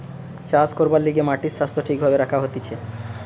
চাষ করবার লিগে মাটির স্বাস্থ্য ঠিক ভাবে রাখা হতিছে